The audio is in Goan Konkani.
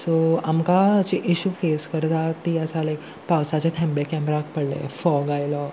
सो आमकां जी इश्यू फेस करता ती आसा लायक पावसाचे थेंबे कॅमेराक पडले फोग आयलो